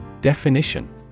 Definition